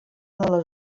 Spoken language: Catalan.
les